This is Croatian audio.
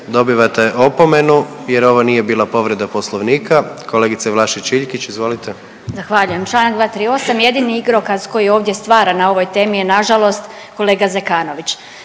dobivate opomenu jer ovo nije bila povreda Poslovnika. Kolegice Vlašić Iljkić, izvolite. **Vlašić Iljkić, Martina (SDP)** Zahvaljujem. Članak 238., jedini igrokaz koji ovdje stvara na ovoj temi je nažalost kolega Zekanović.